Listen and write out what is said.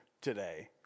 today